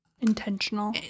Intentional